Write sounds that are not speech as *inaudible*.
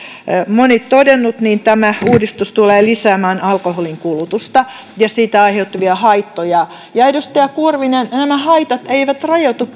moni todennut niin tämä uudistus tulee lisäämään alkoholin kulutusta ja siitä aiheutuvia haittoja edustaja kurvinen nämä haitat eivät rajoitu *unintelligible*